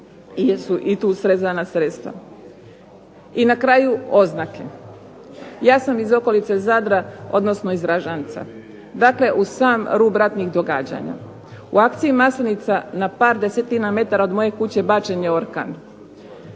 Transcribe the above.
jesu i tu srezana sredstva. I na kraju oznake. Ja sam iz okolice Zadra, odnosno iz Ražanca, dakle uz sam rub ratnih događanja. U akciji Maslinica na par desetina metara od moje kuće bačen je orkan,